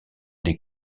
des